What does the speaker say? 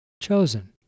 chosen